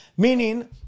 meaning